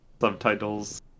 subtitles